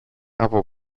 από